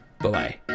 Bye-bye